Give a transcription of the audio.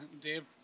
Dave